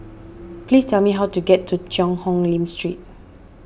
please tell me how to get to Cheang Hong Lim Street